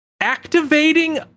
Activating